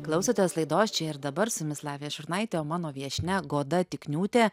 klausotės laidos čia ir dabar su jumis lavija šurnaitė o mano viešnia goda tikniūtė